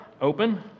open